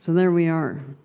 there we are.